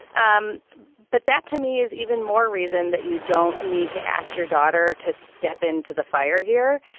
um but that, to me, is even more reason that you don't need to ask your daughter to step in to the fire here,